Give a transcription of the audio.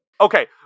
Okay